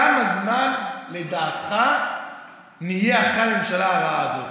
כמה זמן לדעתך נהיה אחרי הממשלה הרעה הזאת?